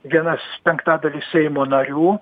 vienas penktadalis seimo narių